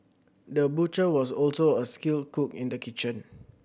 the butcher was also a skilled cook in the kitchen